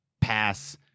pass